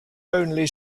only